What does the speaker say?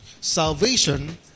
salvation